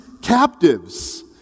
captives